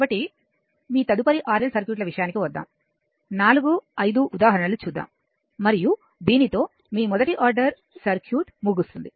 కాబట్టిమీ తదుపరి RL సర్క్యూట్ల విషయానికి వద్దాం 45 ఉదాహరణలు చూద్దాము మరియు దీనితో మీ ఫస్ట్ ఆర్డర్సర్క్యూట్ ముగుస్తుంది